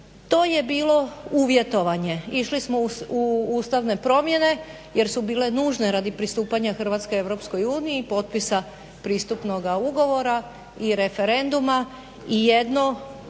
To je bilo uvjetovanje. Išli smo u ustavne promjene jer su bile nužne radi pristupanja Hrvatske EU potpisnoga pristupnoga ugovora i referenduma i jedno